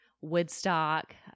Woodstock